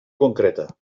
concreta